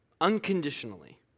unconditionally